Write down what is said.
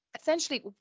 essentially